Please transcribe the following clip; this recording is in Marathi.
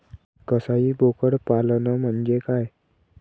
कसाई बोकड पालन म्हणजे काय?